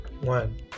one